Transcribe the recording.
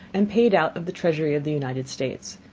and paid out of the treasury of the united states.